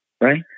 Right